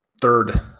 third